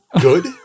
good